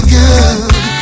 good